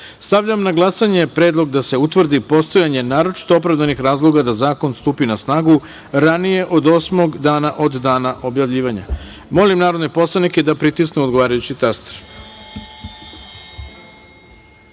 na glasanje predlog da se utvrdi postojanje naročito opravdanih razloga da zakon stupi na snagu ranije od osmog dana od dana objavljivanja. Molim narodne poslanike da pritisnu odgovarajući